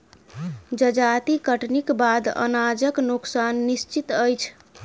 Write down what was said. जजाति कटनीक बाद अनाजक नोकसान निश्चित अछि